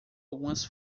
algumas